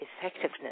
effectiveness